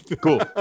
Cool